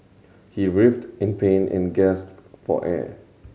he writhed in pain and gasped for air